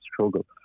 struggle